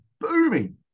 booming